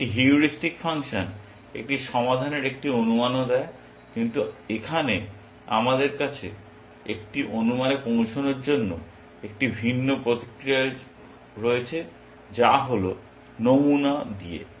একটি heuristic function একটি সমাধানের একটি অনুমানও দেয় কিন্তু এখানে আমাদের কাছে একটি অনুমানে পৌঁছানোর জন্য একটি ভিন্ন প্রক্রিয়া রয়েছে যা হল নমুনা দিয়ে